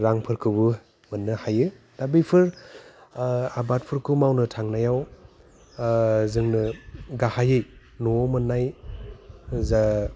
रांफोरखौबो मोननो हायो दा बैफोर आबादफोरखौ मावनो थांनायाव जोंनो गाहायै न'आव मोन्नाय जा